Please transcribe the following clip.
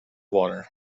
water